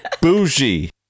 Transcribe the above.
bougie